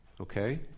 okay